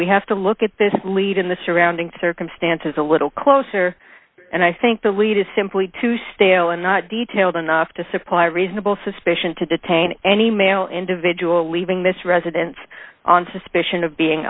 we have to look at this lead in the surrounding circumstances a little closer and i think the lead is simply too stale and not detailed enough to supply reasonable suspicion to detain any male individual leaving this residence on suspicion of being